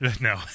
No